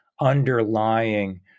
underlying